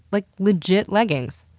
like, legit leggings.